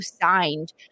signed